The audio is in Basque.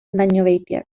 dañobeitiak